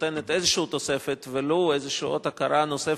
שנותנת איזו תוספת, לאות הכרה נוספת,